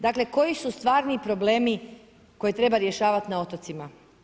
Dakle, koji su stvarni problemi koje treba rješavati na otocima?